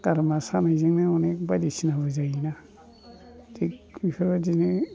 गारामा सानायजोंंनो अनेख बायदिसिनाबो जायोना थिख बेफोरबायदिनो